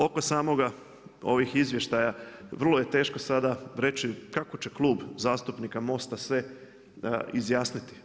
Oko samih izvještaja vrlo je teško sada reći kako će Klub zastupnika Most-a se izjasniti.